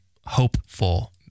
hopeful